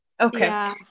okay